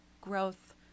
growth